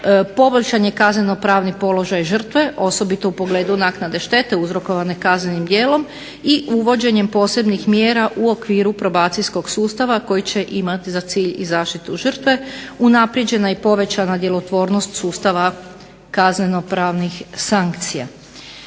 Poboljšan je kazneno-pravni položaj žrtve, osobito u pogledu naknade štete uzrokovane kaznenim djelom i uvođenjem posebnih mjera u okviru probacijskog sustava koji će imati za cilj i zaštitu žrtve. Unaprijeđena je i povećana djelotvornost sustava kazneno-pravnih sankcija.